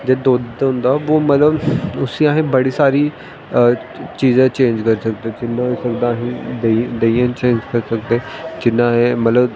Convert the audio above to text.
जेह्ड़ा दुद्ध होंदा ओह् मतलब उसी अस बड़ी सारी चीजें च चेंज करी सकदे जियां अस देहीं देहियैं च जियां असें मतलब